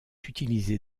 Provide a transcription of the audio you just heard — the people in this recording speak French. utilisée